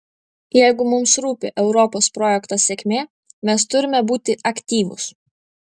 jeigu mums rūpi europos projekto sėkmė mes turime būti aktyvūs